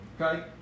Okay